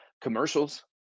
commercials